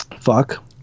Fuck